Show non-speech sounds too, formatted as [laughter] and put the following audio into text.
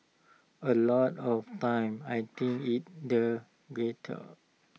[noise] A lot of time I think it's the gutter